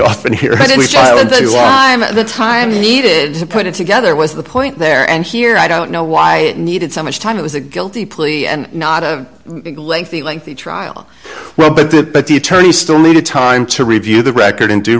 often hear you i am at the time needed to put it together was the point there and here i don't know why it needed so much time it was a guilty plea and not a lengthy lengthy trial well but that but the attorney still needed time to review the record and do